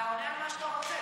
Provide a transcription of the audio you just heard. אתה עונה על מה שאתה רוצה,